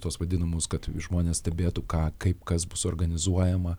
tuos vadinamus kad žmonės stebėtų ką kaip kas bus organizuojama